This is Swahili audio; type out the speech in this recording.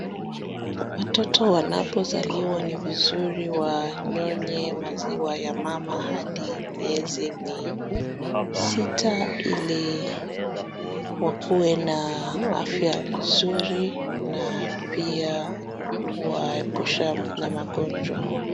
watoto wanapozaliwa ni vizuri wanyoonye maziwa yamama hadi wafike miezi sita ili wakuwe na afya nzuri na pia kuwaepusha na magonjwa